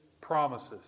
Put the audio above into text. promises